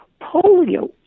polio